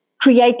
create